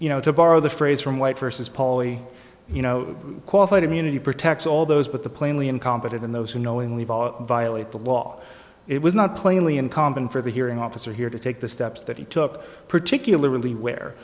you know to borrow the phrase from white versus polly you know qualified immunity protects all those but the plainly incompetent and those who knowingly of all violate the law it was not plainly uncommon for the hearing officer here to take the steps that he took particularly where